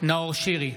נאור שירי,